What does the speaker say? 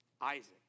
Isaac